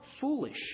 foolish